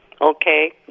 Okay